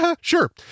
sure